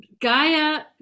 Gaia